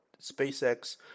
SpaceX